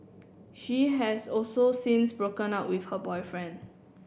she has also since broken up with her boyfriend